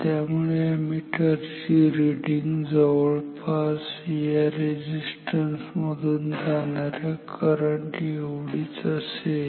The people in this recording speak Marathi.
त्यामुळे अॅमीटर ची रिडींग जवळपास या रेझिस्टन्स मधून जाणाऱ्या करंट एवढीच असेल